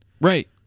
Right